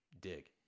dig